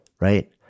right